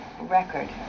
record